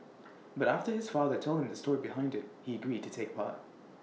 but after his father told him the story behind IT he agreed to take part